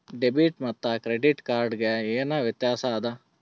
Debit ಮತ್ತ credit card ಗೆ ಏನ ವ್ಯತ್ಯಾಸ ಆದ?